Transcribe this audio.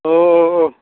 अ अ औ